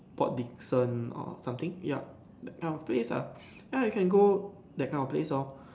Port Dickson or something yup that kind of place ah ya you can go that kind of place lor